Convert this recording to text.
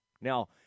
Now